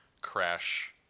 crash